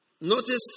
notice